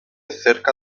cerca